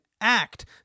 act